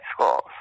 schools